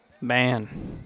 Man